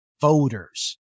voters